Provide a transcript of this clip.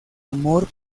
amor